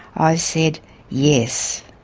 i said yes,